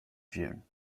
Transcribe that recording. june